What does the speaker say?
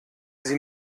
sie